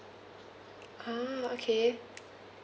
ah okay